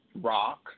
rock